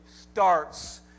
starts